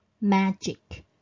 magic